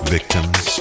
Victims